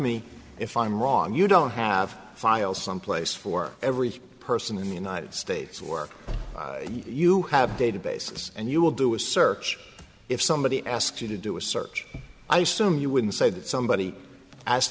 me if i'm wrong you don't have files someplace for every person in the united states or you have databases and you will do a search if somebody asks you to do a search i soon you wouldn't say that somebody as